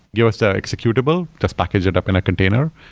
give us the executable. just package it up in a container.